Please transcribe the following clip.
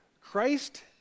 Christ